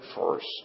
first